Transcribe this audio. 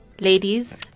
Ladies